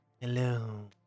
Hello